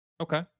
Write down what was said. okay